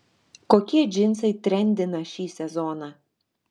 kokie džinsai trendina šį sezoną